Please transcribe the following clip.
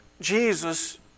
Jesus